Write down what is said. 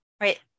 Right